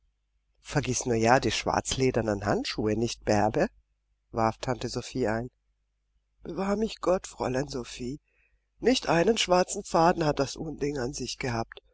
vergiß nur ja die schwarzledernen handschuhe nicht bärbe warf tante sophie ein bewahr mich gott fräulein sophie nicht einen schwarzen faden hat das unding an sich gehabt